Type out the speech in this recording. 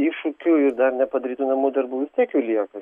iššūkių ir dar nepadaryų namų darbų vis tiek jų lieka